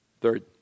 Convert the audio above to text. Third